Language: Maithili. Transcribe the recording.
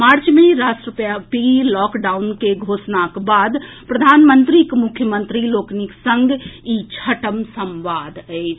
मार्च मे राष्ट्रव्यापी लॉकडाउनक घोषणाक बाद प्रधानमंत्रीक मुख्यमंत्री लोकनिक संग ई छठम संवाद अछि